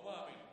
לא מאמין,